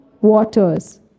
waters